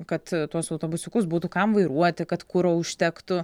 kad tuos autobusiukus būtų kam vairuoti kad kuro užtektų